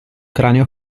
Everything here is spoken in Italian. cranio